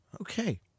Okay